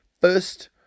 first